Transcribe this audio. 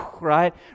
Right